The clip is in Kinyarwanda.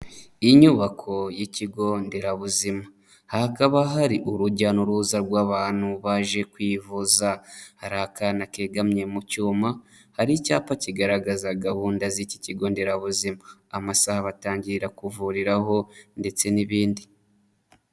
Iyi nyubako y'ikigo nderabuzima, hakaba hari urujya n'uruza rw'abantu baje kwivuza, hari akana kegamye mu cyuma, hari icyapa kigaragaza gahunda z'iki kigo nderabuzima, amasaha batangira kuvuriraho ndetse n'ibindi.